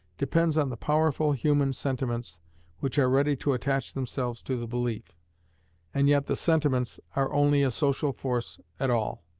depends on the powerful human sentiments which are ready to attach themselves to the belief and yet the sentiments are only a social force at all,